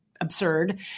absurd